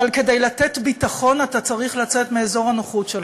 אבל כדי לתת ביטחון אתה צריך לצאת מאזור הנוחות שלך.